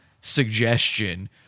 suggestion